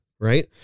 right